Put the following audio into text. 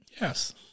Yes